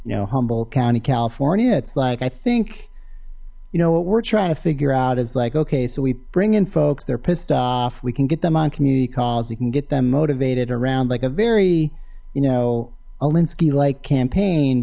you know humboldt county california it's like i think you know what we're trying to figure out it's like okay so we bring in folks they're pissed off we can get them on community calls you can get them motivated around like a very you know elinsky like campaign